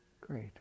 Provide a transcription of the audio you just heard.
Great